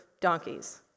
donkeys